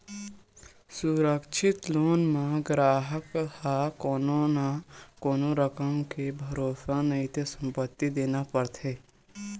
सुरक्छित लोन म गराहक ह कोनो न कोनो रकम के भरोसा नइते संपत्ति देना परथे